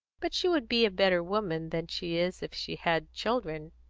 but she would be a better woman than she is if she had children.